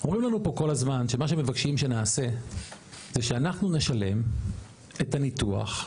אומרים לנו פה כל הזמן שמה שמבקשים שנעשה זה שאנחנו נשלם את הניתוח,